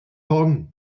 hon